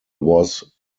was